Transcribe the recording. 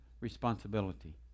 responsibility